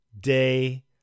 day